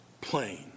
plain